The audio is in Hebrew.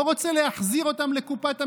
לא רוצה להחזיר אותם לקופת המדינה,